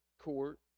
court